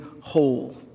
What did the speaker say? whole